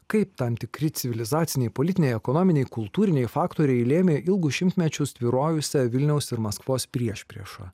kaip tam tikri civilizaciniai politiniai ekonominiai kultūriniai faktoriai lėmė ilgus šimtmečius tvyrojusią vilniaus ir maskvos priešpriešą